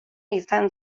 izan